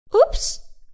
Oops